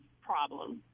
problem